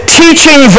teaching